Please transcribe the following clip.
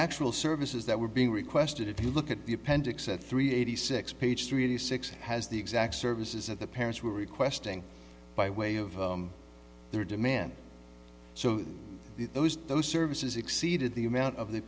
actual services that were being requested if you look at the appendix at three eighty six page three hundred sixty has the exact services that the parents were requesting by way of their demand so those those services exceeded the amount of the